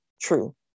true